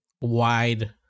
wide